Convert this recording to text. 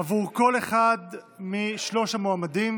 עבור כל אחד משלושת המועמדים.